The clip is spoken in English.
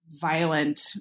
violent